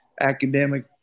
academic